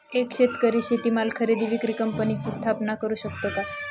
एक शेतकरी शेतीमाल खरेदी विक्री कंपनीची स्थापना करु शकतो का?